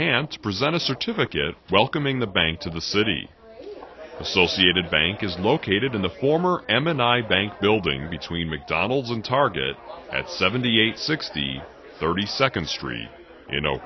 hand to present a certificate welcoming the bank to the city associated bank is located in the former m and i bank building between mcdonald's and target at seventy eight six the thirty second street